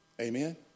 Amen